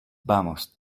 vamos